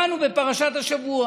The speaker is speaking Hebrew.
בפרשת השבוע